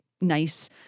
nice